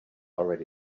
already